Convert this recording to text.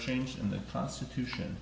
change in the constitution